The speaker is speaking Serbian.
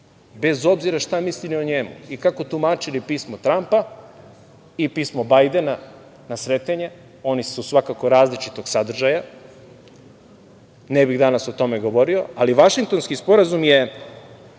Bez obzira šta mislili o njemu i kako tumačili pismo Trampa i pismo Bajdena na Sretenje, oni su svakako različitog sadržaja, ne bih danas o tome govorio, ali Vašingtonski sporazum je